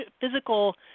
physical